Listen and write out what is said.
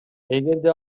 эгерде